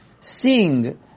seeing